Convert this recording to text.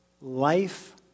life